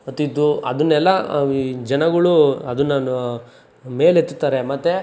ಮತ್ತಿದ್ದು ಅದನ್ನೆಲ್ಲ ಈ ಜನಗಳೂ ಅದನ್ನನು ಮೇಲೆತ್ತುತ್ತಾರೆ ಮತ್ತು